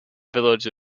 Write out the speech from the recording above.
village